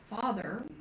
father